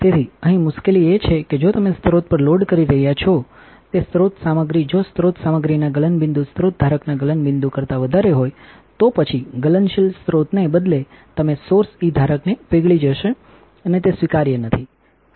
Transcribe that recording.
તેથી અહીં મુશ્કેલી એ છે કે જો તમે સ્રોત પર લોડ કરી રહ્યાં છો તે સ્રોત સામગ્રી જો સ્રોત સામગ્રીના ગલનબિંદુ સ્રોત ધારકના ગલનબિંદુ કરતા વધારે હોય તો પછી ગલનશીલ સ્રોતને બદલે તમે સોર્સઇ ધારકનેપીગળી જશોઅને તે સ્વીકાર્ય નથી